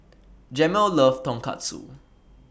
Jamel loves Tonkatsu